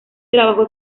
trabajó